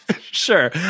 Sure